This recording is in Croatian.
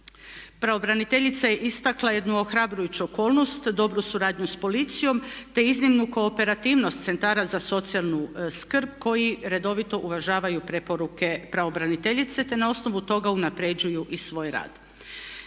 Pravobraniteljica je istakla jednu ohrabrujuću okolnost, dobru suradnju s policijom te iznimno kooperativnost centara za socijalnu skrb koji redovito uvažavaju preporuke pravobraniteljice te na osnovu toga unapređuju i svoj rad.